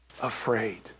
afraid